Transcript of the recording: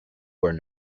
where